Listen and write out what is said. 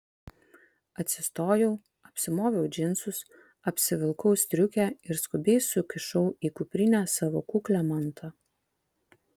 atsistojau apsimoviau džinsus apsivilkau striukę ir skubiai sukišau į kuprinę savo kuklią mantą